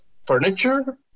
furniture